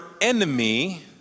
enemy